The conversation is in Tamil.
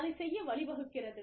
அதைச் செய்ய வழி வகுக்கிறது